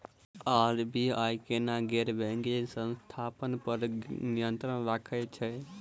RBI केना गैर banking संस्था पर नियत्रंण राखैत छैक?